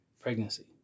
pregnancy